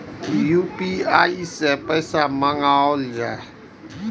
UPI सै पैसा मंगाउल जाय?